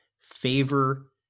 favor